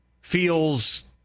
feels